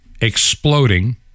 exploding